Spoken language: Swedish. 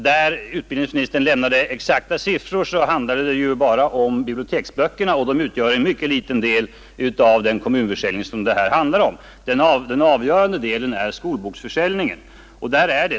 Där utbildningsministern lämnade exakta siffror handlade det ju bara om biblioteksböckerna, och de utgör en mycket liten del av den försäljning som det här handlar om. Den avgörande delen är skolboksförsäljningen.